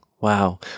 Wow